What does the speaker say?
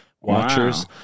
watchers